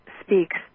speaks